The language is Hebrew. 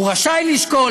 הוא רשאי לשקול,